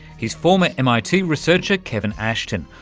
he's former mit researcher kevin ashton,